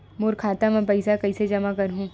मोर खाता म पईसा कइसे जमा करहु?